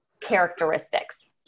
characteristics